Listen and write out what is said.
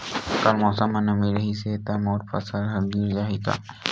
कल मौसम म नमी रहिस हे त मोर फसल ह गिर जाही का?